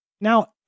Now